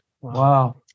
wow